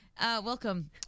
Welcome